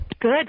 Good